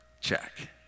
check